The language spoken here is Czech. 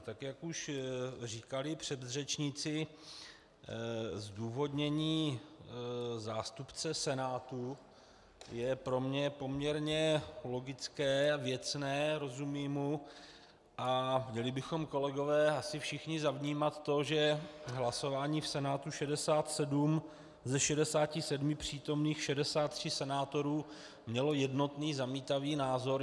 Tak jak už říkali předřečníci, zdůvodnění zástupce Senátu je pro mě poměrně logické, věcné, rozumím mu a měli bychom, kolegové, asi všichni zavnímat to, že při hlasování v Senátu ze 67 přítomných 63 senátorů mělo jednotný zamítavý názor.